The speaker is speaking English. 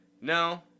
no